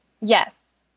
Yes